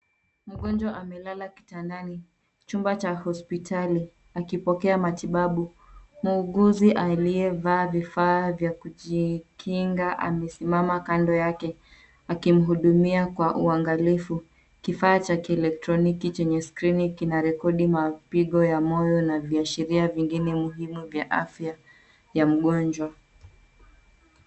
Mgonjwa amelala kitandani chumba cha hospitali akipokea matibabu muuguzi aliyevaa vifaa vya kujikinga amesimama kando yake akimuhudumia kwa uangalifu kifaa cha kielektroniki chenye skrini kina rekodi mapigo ya moyo na viashiria vingine muhimu vya mgonjwa.